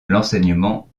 l’enseignement